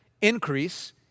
increase